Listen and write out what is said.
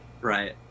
right